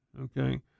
okay